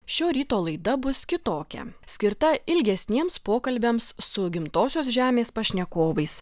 šio ryto laida bus kitokia skirta ilgesniems pokalbiams su gimtosios žemės pašnekovais